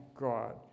God